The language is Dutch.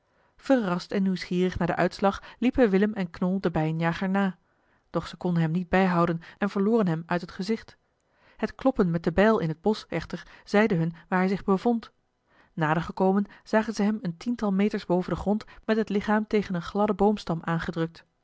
verrast en nieuwsgierig naar den uitslag liepen willem en knol den bijenjager na doch ze konden hem niet bijhouden en verloren hem uit het gezicht het kloppen met de bijl in het bosch echter zeide hun waar hij zich bevond nadergekomen zagen ze hem een tiental meters boven den grond met het lichaam tegen een gladden boomstam